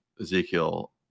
Ezekiel